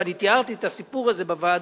ואני תיארתי את הסיפור הזה בוועדה,